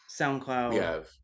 SoundCloud